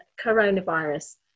coronavirus